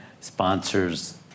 sponsors